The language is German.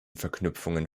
verknüpfungen